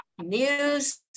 news